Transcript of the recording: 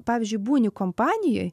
pavyzdžiui būni kompanijoj